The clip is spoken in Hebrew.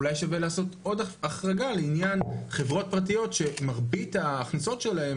אולי שווה לעשות עוד החרגה לעניין חברות פרטיות שמרבית ההכנסות שלהן,